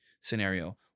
scenario